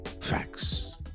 Facts